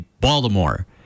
Baltimore